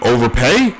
Overpay